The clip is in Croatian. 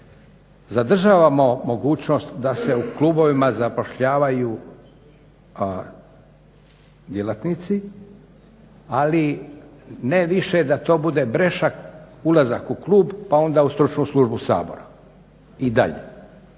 Zadržavamo mogućnost da se u klubovima zapošljavaju djelatnici, ali ne više da to bude breša ulazak u klub pa onda u Stručnu službu Sabora i dalje.